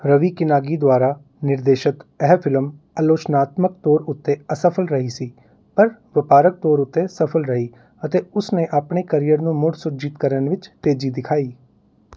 ਰਵੀ ਕਿਨਾਗੀ ਦੁਆਰਾ ਨਿਰਦੇਸ਼ਤ ਇਹ ਫਿਲਮ ਆਲੋਚਨਾਤਮਕ ਤੌਰ ਉੱਤੇ ਅਸਫਲ ਰਹੀ ਸੀ ਪਰ ਵਪਾਰਕ ਤੌਰ ਉੱਤੇ ਸਫਲ ਰਹੀ ਅਤੇ ਉਸ ਨੇ ਆਪਣੇ ਕਰੀਅਰ ਨੂੰ ਮੁੜ ਸੁਰਜੀਤ ਕਰਨ ਵਿੱਚ ਤੇਜ਼ੀ ਦਿਖਾਈ